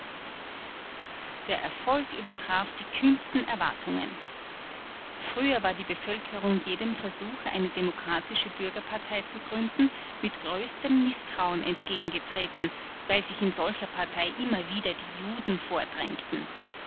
der erfolg übertraf die kühnsten erwartungen früher war die bevölkerung jedem versuch eine demokratische bürgerpartei zu gründen mit größtem mißtrauen entgegengetreten weil sich in solcher partei immer wieder die juden vordrängten